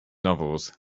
novels